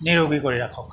নিৰোগী কৰি ৰাখক